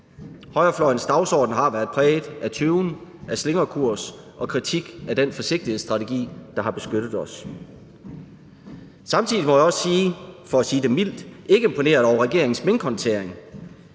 Højrefløjens dagsorden har været præget af tøven, af slingrekurs og af kritik af den forsigtighedsstrategi, der har beskyttet os. Samtidig må jeg også sige, at jeg – for at sige det mildt – ikke er imponeret over regeringens minkhåndtering.